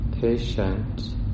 patient